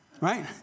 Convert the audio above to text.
Right